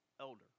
elder